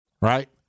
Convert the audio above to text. Right